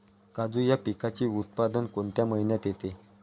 काजू या पिकाचे उत्पादन कोणत्या महिन्यात येते?